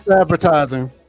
advertising